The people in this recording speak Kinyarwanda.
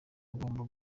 agomba